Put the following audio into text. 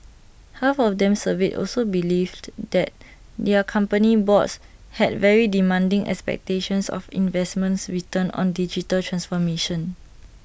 half of them surveyed also believed that their company boards had very demanding expectations of investments returns on digital transformation